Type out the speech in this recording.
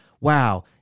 wow